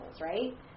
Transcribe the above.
right